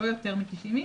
לא יותר מ-90 איש,